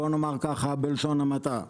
בוא נאמר ככה בלשון המעטה.